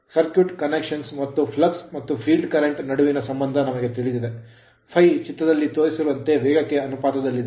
Circuit connections circuit ಸಂಪರ್ಕಗಳು ಮತ್ತು flux flux ಮತ್ತು field current ಫೀಲ್ಡ್ ಕರೆಂಟ್ ನಡುವಿನ ಸಂಬಂಧ ನಮಗೆ ತಿಳಿದಿದೆ ∅ ಚಿತ್ರದಲ್ಲಿ ತೋರಿಸಿರುವಂತೆ ವೇಗ ಕ್ಕೆ ಅನುಪಾತದಲ್ಲಿದೆ